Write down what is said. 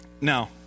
Now